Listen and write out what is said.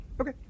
Okay